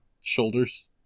Shoulders